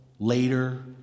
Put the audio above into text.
later